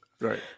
Right